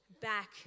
back